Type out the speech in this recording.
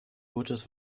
gutes